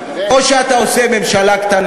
שרי ממשלה,